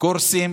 קורסים